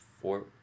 four